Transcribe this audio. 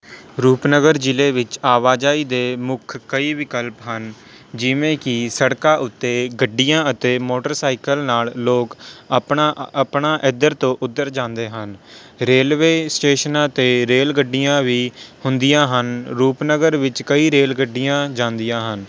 ਰੂਪਨਗਰ ਜ਼ਿਲ੍ਹੇ ਵਿੱਚ ਆਵਾਜਾਈ ਦੇ ਮੁੱਖ ਕਈ ਵਿਕਲਪ ਹਨ ਜਿਵੇਂ ਕਿ ਸੜਕਾਂ ਉੱਤੇ ਗੱਡੀਆਂ ਅਤੇ ਮੋਟਰਸਾਈਕਲ ਨਾਲ਼ ਲੋਕ ਆਪਣਾ ਆਪਣਾ ਇੱਧਰ ਤੋਂ ਉੱਧਰ ਜਾਂਦੇ ਹਨ ਰੇਲਵੇ ਸਟੇਸ਼ਨਾਂ 'ਤੇ ਰੇਲ ਗੱਡੀਆਂ ਵੀ ਹੁੰਦੀਆਂ ਹਨ ਰੂਪਨਗਰ ਵਿੱਚ ਕਈ ਰੇਲ ਗੱਡੀਆਂ ਜਾਂਦੀਆਂ ਹਨ